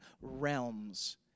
realms